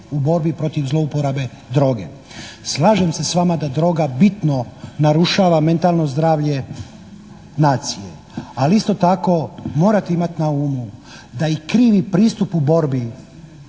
u borbi protiv zlouporabe droge. Slažem se s vama da droga bitno narušava mentalno zdravlje nacije, ali isto tako morate imati na umu da i krivi pristup u borbi